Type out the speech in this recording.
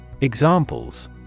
Examples